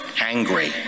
angry